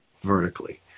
vertically